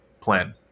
plan